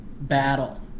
battle